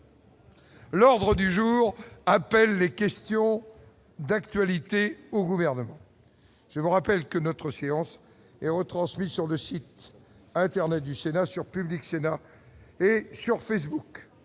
L'ordre du jour appelle les questions d'actualité au gouvernement, je vous rappelle que notre séance et retransmis sur le site internet du Sénat sur Public Sénat et sur Facebook,